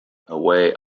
away